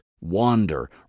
wander